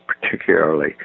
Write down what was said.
particularly